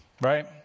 right